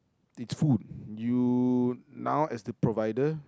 between you now as the provider